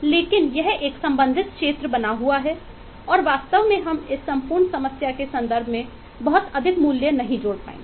लेकिन यह एक संबंधित क्षेत्र बना हुआ है और वास्तव में हम इस संपूर्ण समस्या के संदर्भ में बहुत अधिक मूल्य नहीं जोड़ पाएंगे